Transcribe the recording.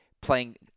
playing